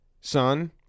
son